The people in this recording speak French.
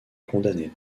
condamner